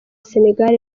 senegal